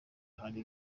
ahari